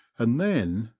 and then,